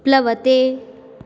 प्लवते